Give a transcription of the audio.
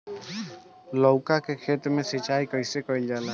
लउका के खेत मे सिचाई कईसे कइल जाला?